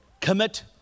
Commit